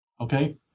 okay